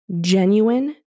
genuine